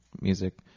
music